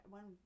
One